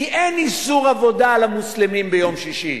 כי אין איסור עבודה למוסלמים ביום שישי.